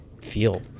feel